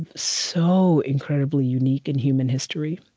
and so incredibly unique in human history,